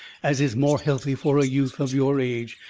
as is more healthy for a youth of your age.